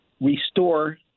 restore